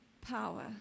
power